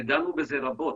ודנו בזה רבות